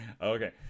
Okay